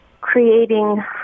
creating